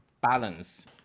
balance